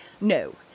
No